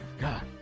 God